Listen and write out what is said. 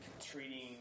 treating